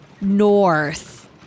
north